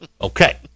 Okay